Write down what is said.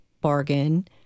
bargain